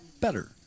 better